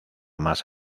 más